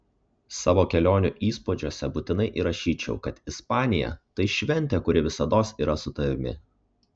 savo kelionių įspūdžiuose būtinai įrašyčiau kad ispanija tai šventė kuri visados yra su tavimi